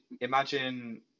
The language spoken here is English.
imagine